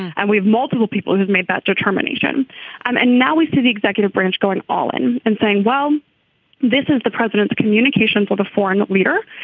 and we have multiple people who have made that determination and and now we see the executive branch going all in and saying well this is the president's communications with a foreign leader.